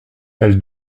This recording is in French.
elle